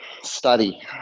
Study